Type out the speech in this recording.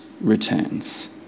returns